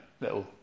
little